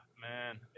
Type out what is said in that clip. man